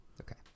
Okay